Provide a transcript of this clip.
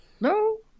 No